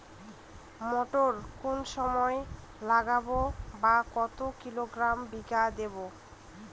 মটর কোন সময় লাগাবো বা কতো কিলোগ্রাম বিঘা দেবো?